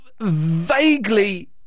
vaguely